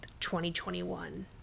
2021